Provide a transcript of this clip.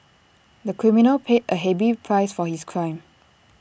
the criminal paid A heavy price for his crime